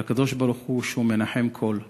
אבל הקדוש-ברוך-הוא, שהוא מנחם כול,